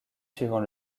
suivant